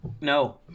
No